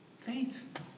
Faith